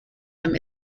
him